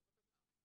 נכון.